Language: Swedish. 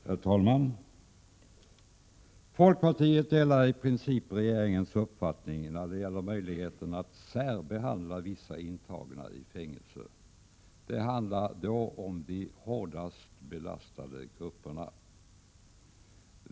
Herr talman! Folkpartiet delar i princip regeringens uppfattning när det gäller möjligheterna att särbehandla vissa intagna i fängelser. Det handlar då om de hårdast belastade grupperna.